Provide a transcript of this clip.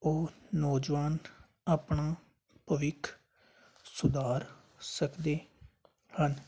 ਉਹ ਨੌਜਵਾਨ ਆਪਣਾ ਭਵਿੱਖ ਸੁਧਾਰ ਸਕਦੇ ਹਨ